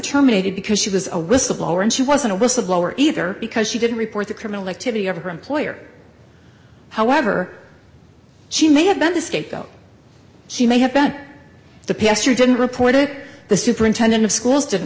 terminated because she was a whistleblower and she wasn't a whistleblower either because she didn't report the criminal activity of her employer however she may have been the scapegoat she may have been the pastor didn't report it the superintendent of schools didn't